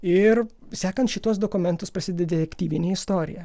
ir sekant šituos dokumentus prasideda aktyvinė istorija